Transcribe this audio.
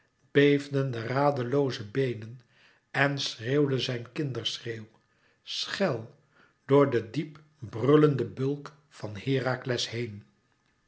beefden de raadlooze beenen en schreeuwde zijn kinderschreeuw schèl door den diep brullenden bulk van herakles heen